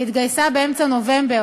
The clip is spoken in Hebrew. היא התגייסה באמצע נובמבר,